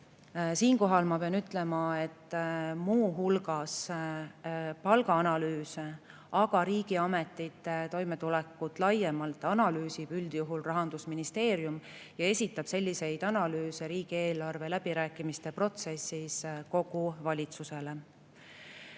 Siinkohal ma pean ütlema, et muu hulgas palgaanalüüse, aga ka riigiametite toimetulekut laiemalt analüüsib üldjuhul Rahandusministeerium, kes esitab selliseid analüüse riigieelarve läbirääkimiste protsessis kogu valitsusele.